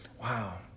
Wow